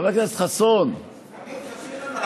חבר הכנסת חסון, חבר הכנסת חסון, יריב,